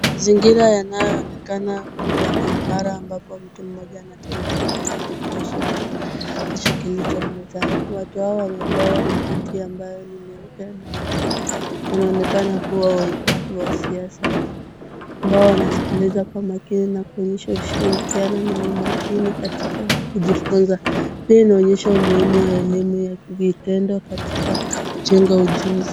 Mazingira yanayoonekana ya maabara ambapo mtu mmoja anatoa maelezo kuhusu kitu kilicho mezani, watu hawa wamevaa makoti ambayo ni meupe na wanaonekana kuwa watu wa siasa, ambao wanasikiliza kwa makini na kushirikiano na umakini katika kujifunza, hii inaonyesha umuhimu wa elimu ya vitendo katika kujenga ujuzi.